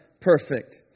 perfect